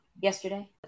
Yesterday